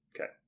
Okay